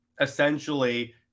essentially –